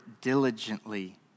diligently